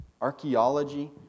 archaeology